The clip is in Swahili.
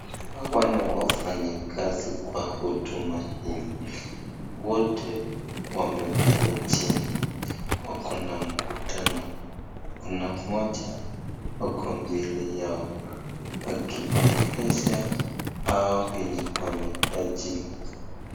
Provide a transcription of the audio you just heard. Hawa ni wafanyikazi kwa huduma hii. Wote wamekaa chini wako na mkutano, kuna mmoja ako mbele yao akiongelesha hao wenye wamekaa chini.